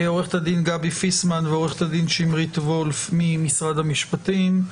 עורכת הדין גבי פיסמן ועורכת הדין שמרית וולף ממשרד המשפטים,